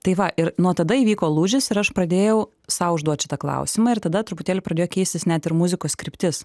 tai va ir nuo tada įvyko lūžis ir aš pradėjau sau užduot šitą klausimą ir tada truputėlį pradėjo keistis net ir muzikos kryptis